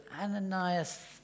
Ananias